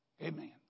Amen